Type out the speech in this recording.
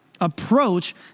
approach